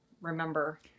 remember